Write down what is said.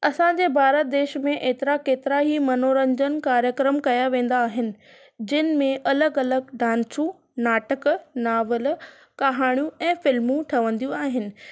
असां जे भारत देश में एतिरा केतिरा ई मनोरंजन कार्यक्रम कयां वेंदा आहिनि जिन में अलॻि अलॻि डांसू नाटक नाविल कहाणियूं ऐं फिल्मूं ठहिवंदियूं आहिनि